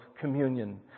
communion